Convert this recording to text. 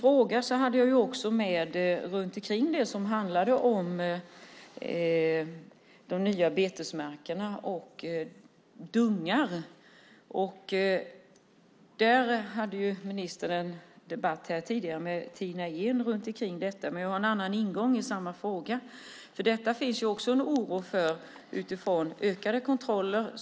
Jag ställde också en fråga om nya betesmarker och dungar. Ministern debatterade detta med Tina Ehn tidigare i dag, men jag har en annan ingång i frågan. Också här finns en oro vad gäller ökade kontroller.